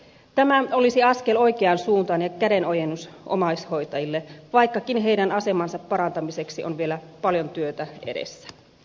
tämä olisi askel oikeaan suuntaan ja kädenojennus omaishoitajille vaikkakin heidän asemansa parantamiseksi on vielä paljon työtä edessä